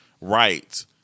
right